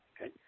okay